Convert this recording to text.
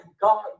God